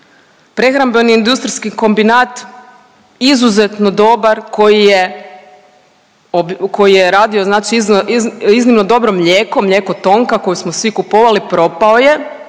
prehrambeni industrijski kombinat izuzetno dobar koji je radio znači iznimno dobro mlijeko, mlijeko Tonka koje smo svi kupovali propao je,